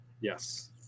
Yes